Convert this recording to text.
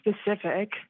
specific